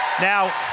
Now